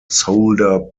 solder